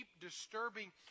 disturbing